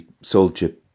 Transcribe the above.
soldier